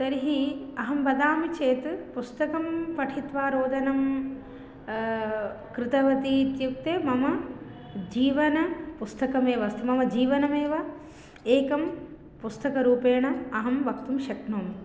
तर्हि अहं वदामि चेत् पुस्तकं पठित्वा रोदनं कृतवती इत्युक्ते मम जीवनपुस्तकमेव अस्ति मम जीवनमेव एकं पुस्तकरूपेण अहं वक्तुं शक्नोमि